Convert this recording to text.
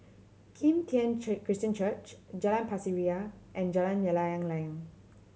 Kim Tian Christian Church Jalan Pasir Ria and Jalan Layang Layang